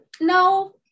no